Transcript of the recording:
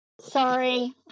Sorry